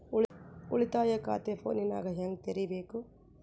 ಉಳಿತಾಯ ಖಾತೆ ಫೋನಿನಾಗ ಹೆಂಗ ತೆರಿಬೇಕು?